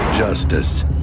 Justice